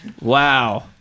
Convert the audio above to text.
Wow